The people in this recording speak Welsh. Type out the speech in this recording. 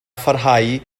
pharhau